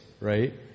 right